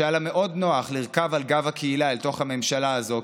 שהיה לה מאוד נוח לרכוב על גב הקהילה אל תוך הממשלה הזאת,